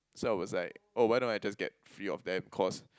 so I was like oh why not I just get a few of them cause